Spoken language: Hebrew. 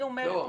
לא.